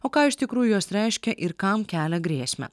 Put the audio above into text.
o ką iš tikrųjų jos reiškia ir kam kelia grėsmę